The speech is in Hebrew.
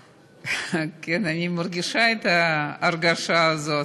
כן, אני מרגישה את ההרגשה הזאת,